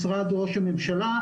משרד ראש הממשלה,